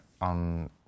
on